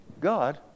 God